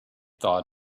thought